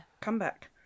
comeback